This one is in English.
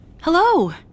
Hello